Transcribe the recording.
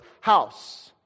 house